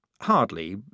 Hardly